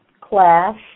class